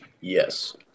yes